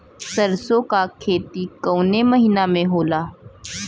सरसों का खेती कवने महीना में होला?